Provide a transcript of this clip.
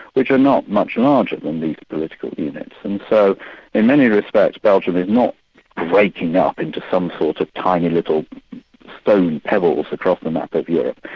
which are not much larger than these political units and so in many respects belgium is not breaking up into some sort of tiny little stone pebbles across the map of europe.